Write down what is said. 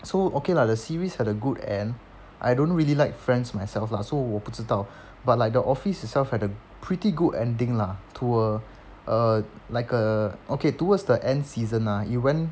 so okay lah the series had a good end I don't really like friends myself lah so 我不知道 but like the office itself had a pretty good ending lah to a a like a okay towards the end season even